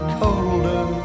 colder